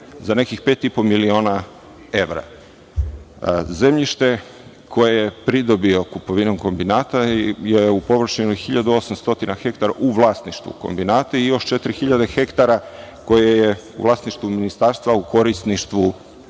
za nekih 5,5 miliona evra. Zemljište koje je pridobio kupovinom kombinata je površine od 1800 hektara u vlasništvu kombinata i još 4000 hektara koje je u vlasništvu ministarstva u korisništvu